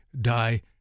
die